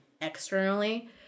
externally